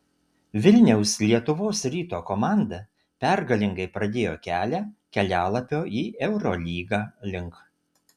vilniaus lietuvos ryto komanda pergalingai pradėjo kelią kelialapio į eurolygą link